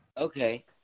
okay